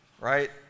right